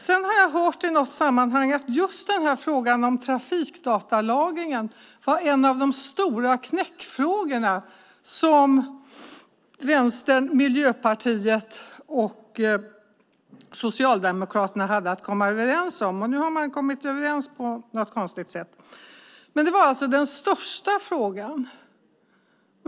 Sedan har jag i något sammanhang hört att just frågan om trafikdatalagringen var en av de stora knäckfrågorna som Vänstern, Miljöpartiet och Socialdemokraterna hade att komma överens om. Nu har man kommit överens på något konstigt sätt, men det var alltså den största frågan.